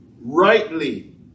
rightly